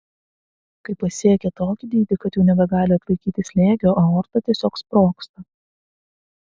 kai pasiekia tokį dydį kad jau nebegali atlaikyti slėgio aorta tiesiog sprogsta